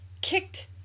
kicked